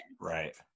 Right